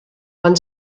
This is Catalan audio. quan